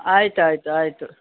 ಆಯ್ತು ಆಯ್ತು ಆಯಿತು